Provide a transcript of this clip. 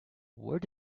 where